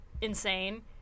insane